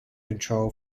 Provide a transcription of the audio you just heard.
control